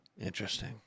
Interesting